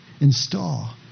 install